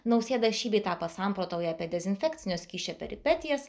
nausėda šį bei tą pasamprotauja apie dezinfekcinio skysčio peripetijas